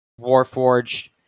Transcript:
Warforged